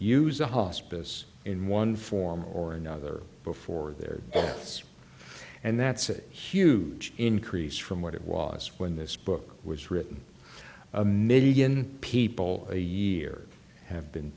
use a hospice in one form or another before their eyes and that's a huge increase from what it was when this book was written a million people a year have been